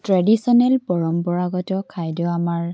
traditional পৰম্পৰাগত খাদ্য আমাৰ